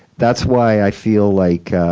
that's why i feel like,